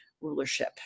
rulership